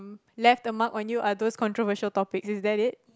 left the mark on you are those controversial topics is that it